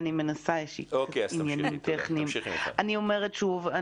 אני אומרת שוב,